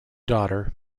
daughter